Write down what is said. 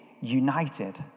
united